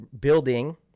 building